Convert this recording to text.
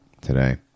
today